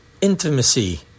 Intimacy